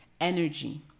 energy